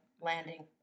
landing